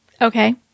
Okay